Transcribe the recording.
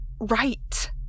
right